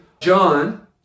John